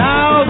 Now